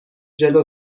جلو